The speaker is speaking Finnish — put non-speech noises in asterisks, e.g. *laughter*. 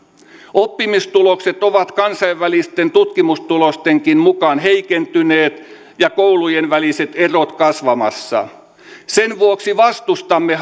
oppimistulokset ovat kansainvälisten tutkimustulostenkin mukaan heikentyneet ja koulujen väliset erot kasvamassa sen vuoksi vastustamme *unintelligible*